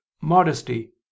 modesty